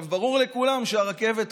ברור לכולם שהרכבת,